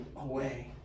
away